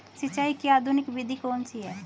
सिंचाई की आधुनिक विधि कौन सी है?